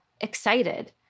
excited